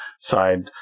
side